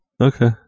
Okay